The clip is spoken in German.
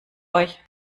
euch